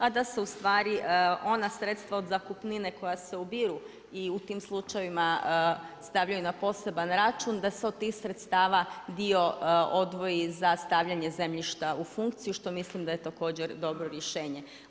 A da se ustvari ona sredstva od zakupnine koja se ubiru i u tim slučajevima stavljaju na poseban račun, da se od tih sredstava, dio odvoji za stavljanje zemljišta u funkciju, što mislim da je također dobro rješenje.